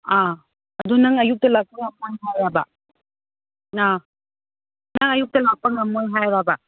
ꯑꯥ ꯑꯗꯨ ꯅꯪ ꯑꯌꯨꯛꯇ ꯂꯥꯛꯄ ꯉꯝꯃꯣꯏ ꯍꯥꯏꯔꯤꯔꯕ ꯑꯥ ꯅꯪ ꯑꯌꯨꯛꯇ ꯂꯥꯛꯄ ꯉꯝꯃꯣꯏ ꯍꯥꯏꯔꯤꯔꯕ